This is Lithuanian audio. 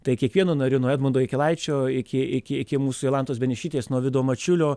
tai kiekvienu nariu nuo edmundo jakilaičio iki iki iki mūsų jolantos beniušytės nuo vido mačiulio